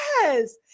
yes